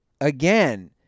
again